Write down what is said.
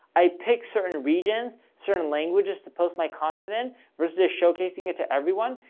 i pick certain regions, certain languages to post my content in versus showcasing it to everyone.